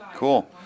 Cool